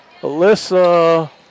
Alyssa